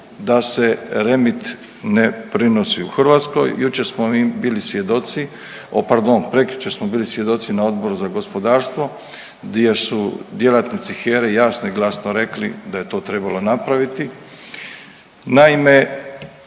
da se REMIT ne prenosi u Hrvatskoj. Jučer smo mi bili svjedoci, o pardon, prekjučer smo bili svjedoci na Odboru za gospodarstvo, gdje su djelatnici HERA-e jasno i glasno rekli da je to trebalo napraviti. Naime,